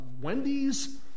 Wendy's